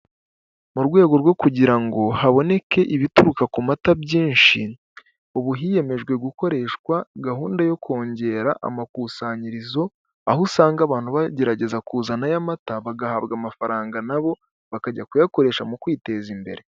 Mu rwego rwo kugira ngo haboneke ibituruka ku mata byinshi, ubu hiyemejwe gukoreshwa gahunda yo kongera amakusanyirizo, aho usanga abantu bagerageza kuzanayo mata, bagahabwa amafaranga, na bo bakajya kuyakoresha mu kwiteza imbere.